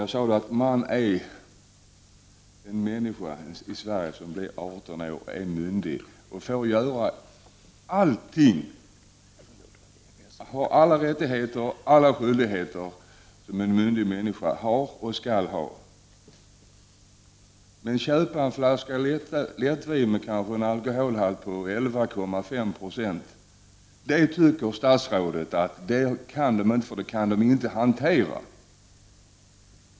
Jag sade att en människa i Sverige som blir 18 år är myndig och får göra allting, har alla rättigheter och alla skyldigheter som en myndig människa har och skall ha, men köpa en flaska lättvin med en alkoholhalt på ca 11,5 96 tycker statsrådet inte att han eller hon skall få göra, för det kan vederbörande inte hantera.